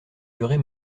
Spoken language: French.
durée